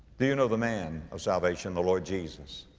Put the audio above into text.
do you know the man of salvation, the lord jesus?